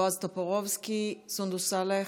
בועז טופורובסקי, סונדוס סאלח,